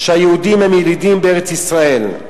שהיהודים הם ילידים בארץ-ישראל.